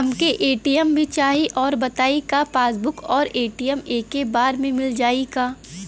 हमके ए.टी.एम भी चाही राउर बताई का पासबुक और ए.टी.एम एके बार में मील जाई का?